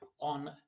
on